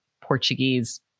Portuguese